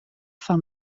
fan